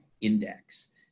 index